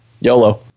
YOLO